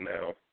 now